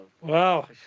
Wow